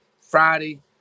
Friday